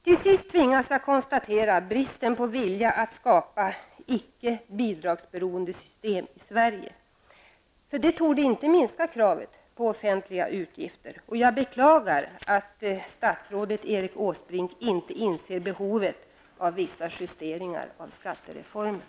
Till sist tvingas jag konstatera bristen på vilja att skapa icke bidragsberoende system i Sverige. Det torde inte minska kravet på offentliga utgifter. Jag beklagar att statsrådet Erik Åsbrink inte inser behovet av vissa justeringar av skattereformen.